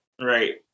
Right